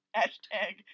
hashtag